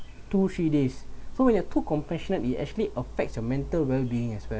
two three days so when you're too compassionate it actually affects your mental well being as well